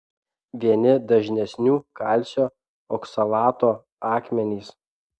vieni dažnesnių kalcio oksalato akmenys